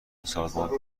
سازمان